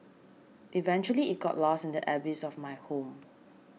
eventually it got lost in the abyss of my home